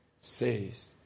says